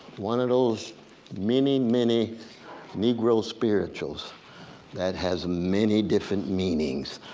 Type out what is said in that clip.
one of those many, many negro spirituals that has many different meanings.